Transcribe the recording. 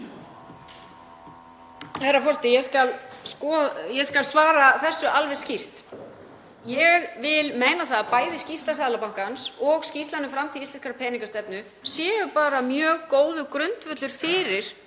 Herra forseti. Ég skal svara þessu alveg skýrt. Ég vil meina að bæði skýrsla Seðlabankans og skýrslan um framtíð íslenskrar peningastefnu séu bara mjög góður grundvöllur fyrir